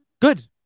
Good